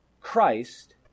Christ